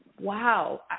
wow